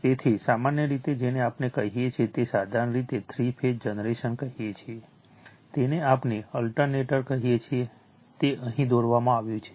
તેથી સામાન્ય રીતે જેને આપણે કહીએ છીએ તેને સાધારણ રીતે થ્રી ફેઝ જનરેટર કહીએ છીએ જેને આપણે અલ્ટરનેટર કહીએ છીએ તે અહીં દોરવામાં આવ્યું છે